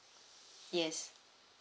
yes